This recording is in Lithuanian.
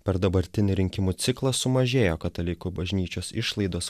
per dabartinį rinkimų ciklą sumažėjo katalikų bažnyčios išlaidos